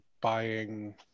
buying